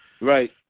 Right